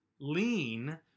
lean